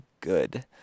good